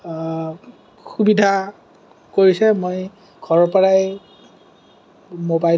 সুবিধা কৰিছে মই ঘৰৰ পৰাই